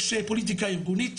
יש פוליטיקה ארגונית.